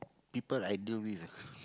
people i deal with ah